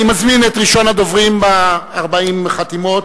אני מזמין את ראשון הדוברים בדיון 40 החתימות,